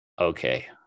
okay